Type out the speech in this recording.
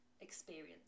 experience